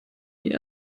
die